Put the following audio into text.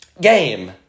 game